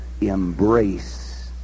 embrace